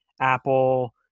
Apple